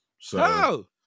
So-